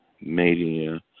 Media